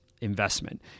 investment